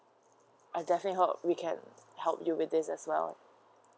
I definitely hope we can help you with this as well